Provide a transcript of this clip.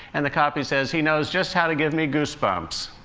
and the copy says he knows just how to give me goosebumps.